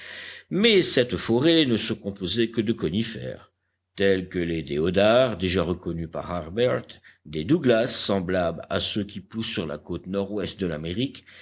mais cette forêt ne se composait que de conifères tels que les déodars déjà reconnus par harbert des douglas semblables à ceux qui poussent sur la côte nord-ouest de l'amérique